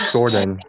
Jordan